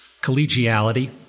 collegiality